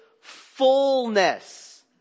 fullness